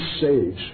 sage